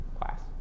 class